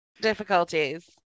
difficulties